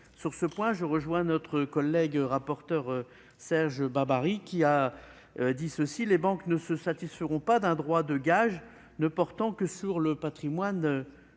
Sur ce point, je rejoins notre collègue rapporteur Serge Babary : les banques ne se satisferont pas d'un droit de gage ne portant que sur le patrimoine